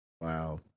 Wow